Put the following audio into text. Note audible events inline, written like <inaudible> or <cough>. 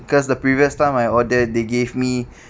because the previous time I order they gave me <breath>